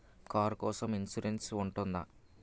Car కోసం insurance ఉంటుందా?